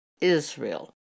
Israel